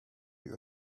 you